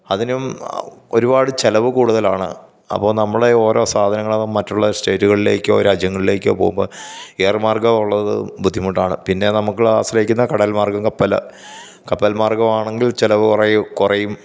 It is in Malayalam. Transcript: അതിനും ഒരുപാട് ചെലവ് കൂടുതലാണ് അപ്പോള് നമ്മളെ ഓരോ സാധനങ്ങളും മറ്റുള്ള സ്റ്റേറ്റുകളിലേക്കോ രാജ്യങ്ങളിലേക്കോ പോവുമ്പോള് എയർ മാർഗം ഉള്ളതു ബുദ്ധിമുട്ടാണ് പിന്നെ നമ്മള്ക്ക് ആശ്രയിക്കുന്ന കടൽ മാർഗം കപ്പല് കപ്പൽ മാർഗമാണെങ്കിൽ ചെലവ് കുറയും കുറയും